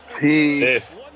peace